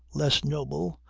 less noble,